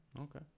okay